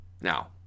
Now